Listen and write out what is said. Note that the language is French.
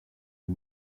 est